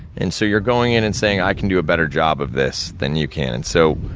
and so, you're going in, and saying, i can do a better job of this than you can. and so,